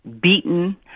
beaten